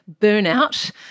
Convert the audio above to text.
burnout